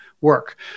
work